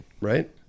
Right